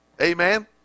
Amen